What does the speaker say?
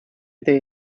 idee